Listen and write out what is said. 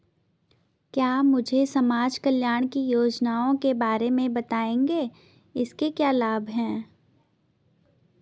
क्या मुझे समाज कल्याण की योजनाओं के बारे में बताएँगे इसके क्या लाभ हैं?